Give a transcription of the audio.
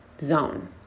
zone